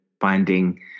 finding